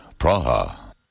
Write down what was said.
Praha